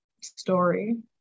story